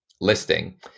listing